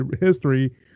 history